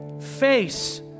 face